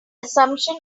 assumption